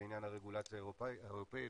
בעניין הרגולציה האירופאית,